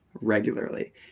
regularly